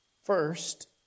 First